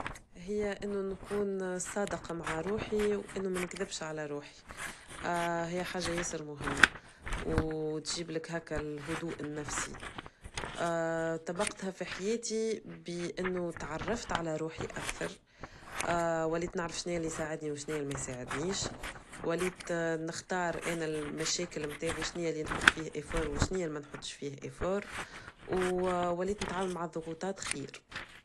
هي أنه نكون صادقة مع روحي وأنه ما نكذبش على روحي هي حاجة ياسير مهمة وتجيب لك هاكه الهدوء النفسي ااا تبقتها في حياتي بأنه تعرفت على روحي أكثر وليت نعرف شنية اللي يساعدني وشنية اللي ما يساعدنيش وليت نختار أنا المشاكل المتاعي شنية اللي نحط فيها إفور وشنية اللي ما نحطش فيها إفور ووليت نتعامل مع الضغوطات خير.